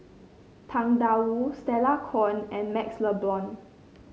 Tang Da Wu Stella Kon and MaxLe Blond